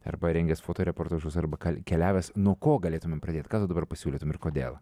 arba rengęs fotoreportažus arba keliavęs nuo ko galėtumėm pradėt ką tu dabar pasiūlytum ir kodėl